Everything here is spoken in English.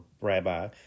rabbi